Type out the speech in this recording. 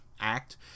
act